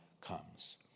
comes